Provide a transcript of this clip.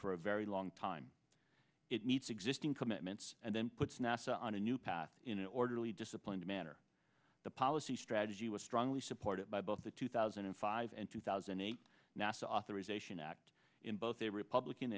for a very long time it needs existing commitments and then puts nasa on a new path in an orderly disciplined manner the policy strategy was strongly supported by both the two thousand and five and two thousand and eight nasa authorization act in both a republican